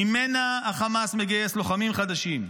ממנה החמאס מגייס לוחמים חדשים.